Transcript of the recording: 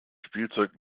spielzeug